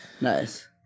Nice